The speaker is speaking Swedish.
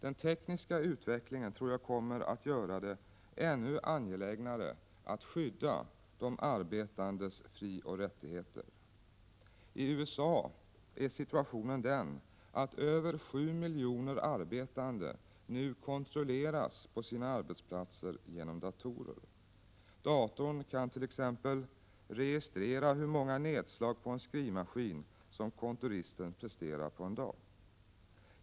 Den tekniska utvecklingen tror jag kommer att göra det ännu angelägnare att skydda de arbetandes frioch rättigheter. I USA är situationen den att över 7 miljoner arbetande nu kontrolleras på sina arbetsplatser genom datorer. Datorn kan t.ex. registrera hur många nedslag på en skrivmaskin som kontoristen presterar på en dag.